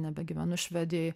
nebegyvenu švedijoj